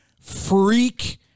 freak